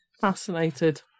fascinated